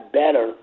better